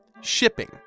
shipping